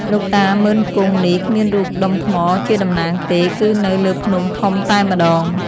លោកតា ម៉ឺន-គង់នេះ គ្មានរូបដុំថ្មជាតំណាងទេ គឺនៅលើភ្នំធំតែម្ដង។